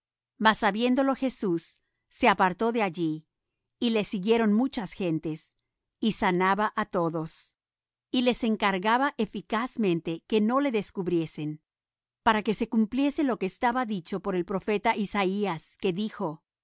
sabiendo lo jesús se apartó de allí y le siguieron muchas gentes y sanaba á todos y él les encargaba eficazmente que no le descubriesen para que se cumpliese lo que estaba dicho por el profeta isaías que dijo he